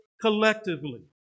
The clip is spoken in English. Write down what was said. collectively